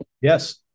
Yes